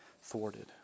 thwarted